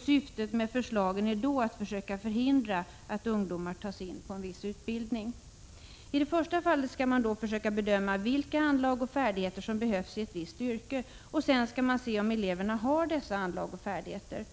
Syftet med förslagen är därvid att försöka förhindra att ungdomar tas in på en viss utbildning. I det första fallet skall man försöka bedöma vilka anlag och färdigheter som behövsi ett visst yrke, och sedan skall man se om eleverna har dessa anlag och färdigheter.